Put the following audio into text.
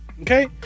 Okay